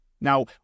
Now